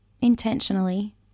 intentionally